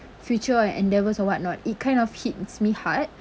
future endeavours or whatnot it kind of hits me hard